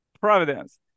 providence